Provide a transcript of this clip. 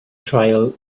trial